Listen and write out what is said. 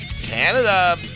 Canada